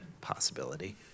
possibility